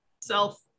self